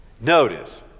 Notice